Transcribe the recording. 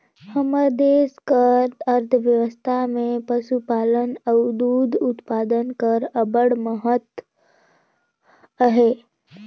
हमर देस कर अर्थबेवस्था में पसुपालन अउ दूद उत्पादन कर अब्बड़ महत अहे